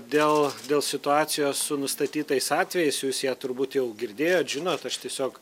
dėl dėl situacijos su nustatytais atvejais jūs ją turbūt jau girdėjot žinot aš tiesiog